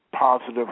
positive